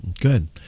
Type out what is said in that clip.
Good